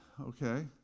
Okay